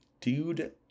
Dude